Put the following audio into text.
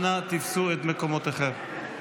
אנא תפסו את מקומותיכם.